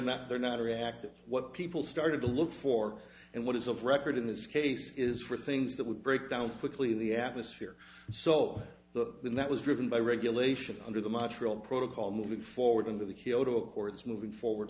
not they're not reactive what people started to look for and what is of record in this case is for things that would break down quickly in the atmosphere so that when that was driven by regulation under the montreal protocol moving forward into the kyoto accords moving forward